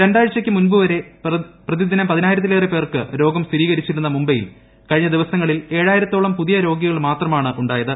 രണ്ടാഴ്ചയ്ക്ക് മുൻപ് വരെ പ്രതിദിനം പതിനായിരത്തിലേറെ പേർക്ക് രോഗം സ്ഥിരീകരിച്ചിരുന്ന മുംബൈയിൽ കഴിഞ്ഞ ദിവസങ്ങളിൽ ഏഴായിരത്തോളം പുതിയ രോഗികൾ മാത്രമാണ് ഉണ്ടായത്